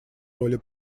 роли